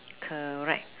correct